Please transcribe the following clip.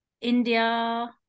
India